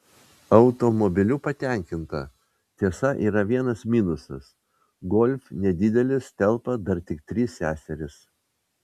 automobiliu patenkinta tiesa yra vienas minusas golf nedidelis telpa dar tik trys seserys